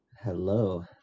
Hello